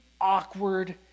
awkward